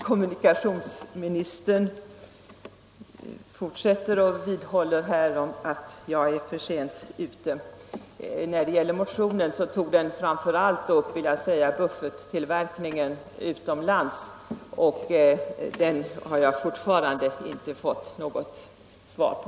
Herr talman! Kommunikationsministern vidhåller att jag är för sent ute. I motionen tog jag emellertid framför allt upp bufferttillverkningen utomlands, och den frågan har jag fortfarande inte fått något svar på.